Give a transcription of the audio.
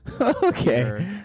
Okay